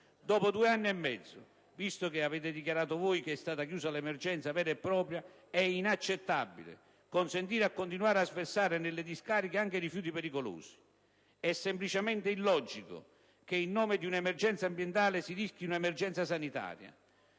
Dopo due anni e mezzo, visto che voi stessi avete dichiarato che è terminata l'emergenza vera e propria, è inaccettabile consentire di continuare a sversare nelle discariche anche i rifiuti pericolosi. È semplicemente illogico che, in nome di un'emergenza ambientale, si rischi un'emergenza sanitaria.